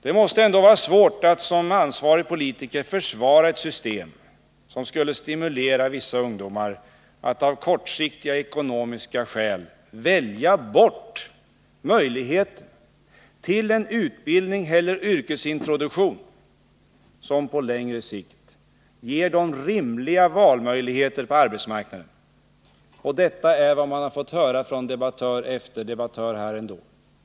Det måste ändå vara svårt att som ansvarig politiker försvara ett system som skulle stimulera vissa ungdomar att av kortsiktiga ekonomiska skäl välja bort möjligheten till en utbildning eller yrkesintroduktion som på längre sikt ger dem rimliga valmöjligheter på arbetsmarknaden. Detta är vad man har fått höra från debattör efter debattör här.